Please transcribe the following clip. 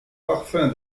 parfum